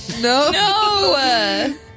No